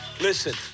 Listen